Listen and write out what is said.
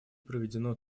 проведено